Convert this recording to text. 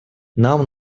нам